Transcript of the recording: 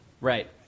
Right